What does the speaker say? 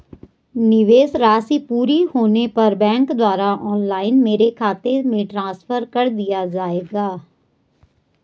निवेश राशि पूरी होने पर बैंक द्वारा ऑनलाइन मेरे खाते में ट्रांसफर कर दिया जाएगा?